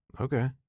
Okay